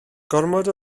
gormod